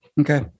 Okay